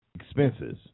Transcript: expenses